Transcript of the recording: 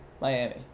Miami